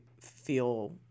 feel